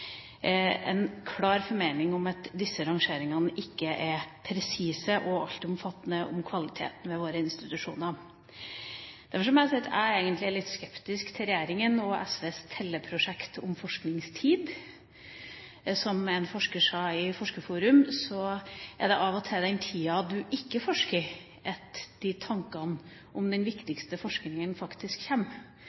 en klar formening om at disse rangeringene ikke er presise og altomfattende om kvaliteten ved våre institusjoner. Derfor må jeg si at jeg egentlig er litt skeptisk til regjeringas og SVs telleprosjekt om forskningstid. Som en forsker sa i Forskerforum: Det er av og til den tida du ikke forsker, at de tankene om den viktigste forskninga faktisk